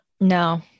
No